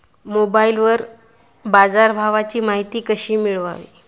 मोबाइलवर बाजारभावाची माहिती कशी मिळवावी?